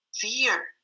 fear